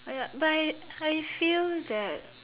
oh ya but I feel that